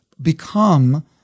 become